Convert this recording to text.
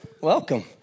welcome